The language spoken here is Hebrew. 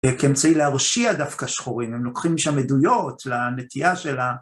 כאמצעי להרשיע דווקא שחורים, הם לוקחים משם עדויות לנטייה של ה...